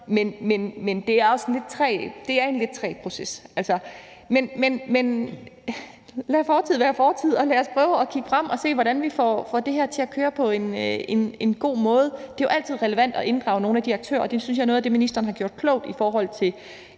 fine oplæg osv. Men det er en lidt træg proces. Så lad fortid være fortid, og lad os prøve at kigge frem og se, hvordan vi får det her til at køre på en god måde. Det er jo altid relevant at inddrage nogle af de aktører. Det synes jeg er noget af det, ministeren har gjort klogt i at